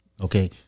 Okay